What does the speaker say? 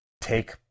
take